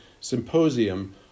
symposium